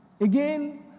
again